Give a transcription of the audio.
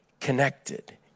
connected